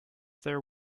there